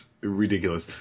ridiculous